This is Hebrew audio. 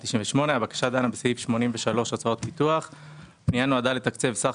הבקשה דנה בסעיף 83 הוצאות פיתוח ונועדה לתקצב סך